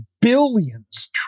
billions